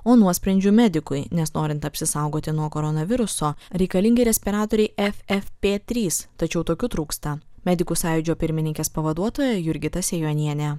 o nuosprendžiu medikui nes norint apsisaugoti nuo koronaviruso reikalingi respiratoriai ffp trys tačiau tokių trūksta medikų sąjūdžio pirmininkės pavaduotoja jurgita sejonienė